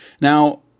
Now